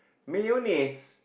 mayonnaise